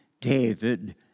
David